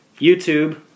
YouTube